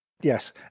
Yes